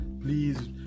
Please